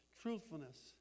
Truthfulness